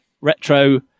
retro